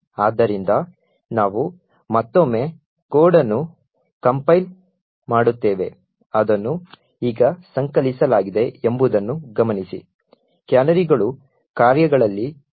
ಆದ್ದರಿಂದ ನಾವು ಮತ್ತೊಮ್ಮೆ ಕೋಡ್ ಅನ್ನು ಕಂಪೈಲ್ ಮಾಡುತ್ತೇವೆ ಅದನ್ನು ಈಗ ಸಂಕಲಿಸಲಾಗಿದೆ ಎಂಬುದನ್ನು ಗಮನಿಸಿ ಕ್ಯಾನರಿಗಳು ಕಾರ್ಯಗಳಲ್ಲಿ ಇರುತ್ತವೆ